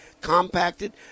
compacted